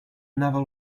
naval